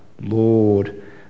Lord